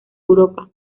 europa